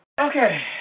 Okay